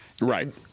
Right